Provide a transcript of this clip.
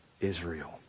Israel